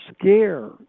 scare